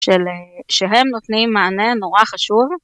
של שהם נותנים מענה נורא חשוב